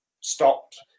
stopped